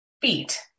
feet